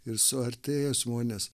ir suartėja žmonės